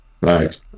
right